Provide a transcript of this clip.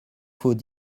faut